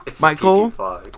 Michael